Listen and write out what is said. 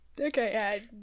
Okay